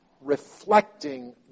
reflecting